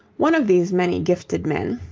one of these many gifted men,